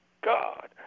God